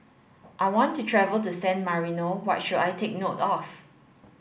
I want to travel to San Marino what should I take note of